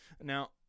Now